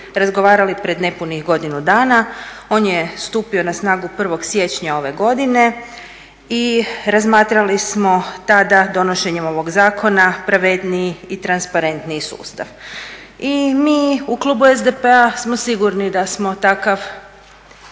razgovarali pred nepunih godinu dana on je stupio na snagu 1. siječnja ove godine i razmatrali smo tada donošenjem ovoga zakona pravedniji i transparentniji sustav. I mi u klubu SDP-a smo sigurni da smo takav